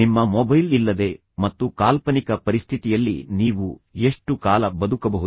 ನಿಮ್ಮ ಮೊಬೈಲ್ ಇಲ್ಲದೆ ಮತ್ತು ಕಾಲ್ಪನಿಕ ಪರಿಸ್ಥಿತಿಯಲ್ಲಿ ನೀವು ಎಷ್ಟು ಕಾಲ ಬದುಕಬಹುದು